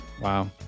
Wow